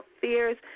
fears